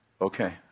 Okay